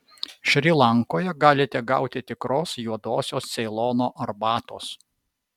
šri lankoje galite gauti tikros juodosios ceilono arbatos